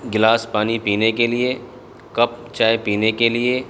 glass پانی پینے کے لیے کپ چائے پینے کے لیے